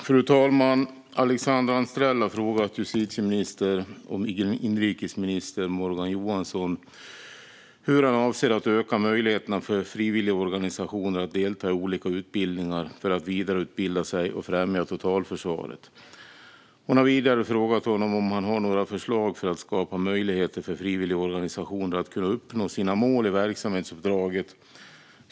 Fru talman! Alexandra Anstrell har frågat justitie och inrikesminister Morgan Johansson hur han avser att öka möjligheterna för frivilligorganisationer att delta i olika utbildningar för att vidareutbilda sig och främja totalförsvaret. Hon har vidare frågat honom om han har några förslag för att skapa möjligheter för frivilligorganisationer att kunna uppnå sina mål i verksamhetsuppdraget.